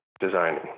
designing